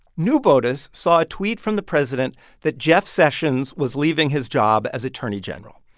new botus saw a tweet from the president that jeff sessions was leaving his job as attorney general.